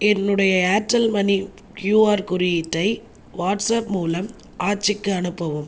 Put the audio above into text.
என்னுடைய Airtel money QR குறியீட்டை WhatsApp மூலம் ஆச்சிக்கு அனுப்பவும்